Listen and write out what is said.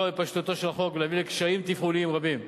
בפשטותו של החוק ותביא לקשיים תפעוליים רבים.